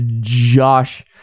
Josh